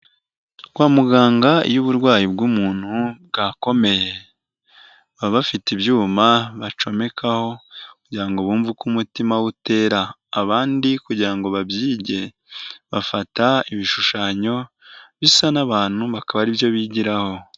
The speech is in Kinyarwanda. Kwa muganga iyo uburwayi bw'umuntu bwakomeye baba bafite ibyuma bacomekaho kugira ngo bumve uko umutima we utera, abandi kugira ngo babyige bafata ibishushanyo bisa n'abantu bakaba aribyo bigiraho.